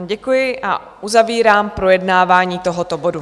Děkuji vám a uzavírám projednávání tohoto bodu.